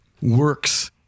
works